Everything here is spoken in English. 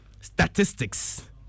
statistics